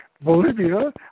Bolivia